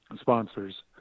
sponsors